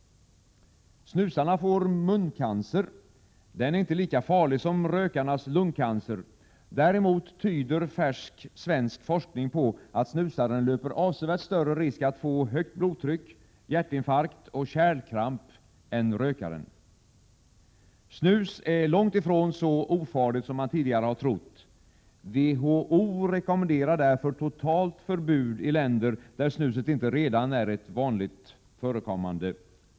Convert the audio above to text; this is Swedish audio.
Snusarna får muncancer. Den är inte lika farlig som rökarnas lungcancer. Däremot tyder färsk svensk forskning på att snusaren löper avsevärt större risk att få högt blodtryck, hjärtinfarkt och kärlkamp än rökaren. Snus är långt ifrån så ofarligt som man tidigare har trott. WHO rekommenderar därför totalt förbud i länder där snuset inte redan är vanligt förekommande.